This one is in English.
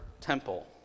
temple